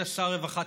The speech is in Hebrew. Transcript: היית שר רווחה,